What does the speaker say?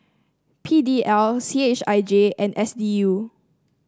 P D L C H I J and S D U